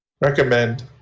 Recommend